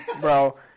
Bro